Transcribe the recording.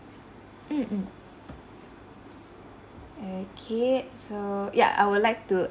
mmhmm okay so ya I would like to